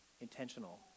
intentional